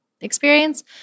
experience